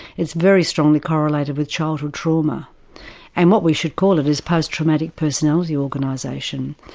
it's very strongly correlated with childhood trauma and what we should call it is post-traumatic personality organisation.